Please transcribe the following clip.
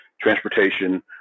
transportation